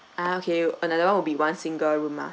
ah okay another [one] will be one single room ah